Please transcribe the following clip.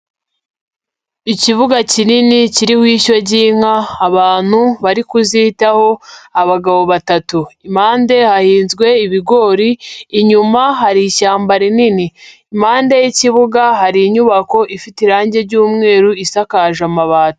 Ikibuga kinini kiriho ishyo ry'inka abantu bari kuzitaho, abagabo batatu. Impande hahinzwe ibigori, inyuma hari ishyamba rinini. Impande y'ikibuga hari inyubako ifite irangi ry'umweru isakaje amabati.